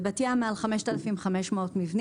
בבת ים מעל 5,500 מבנים,